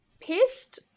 pissed